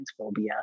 transphobia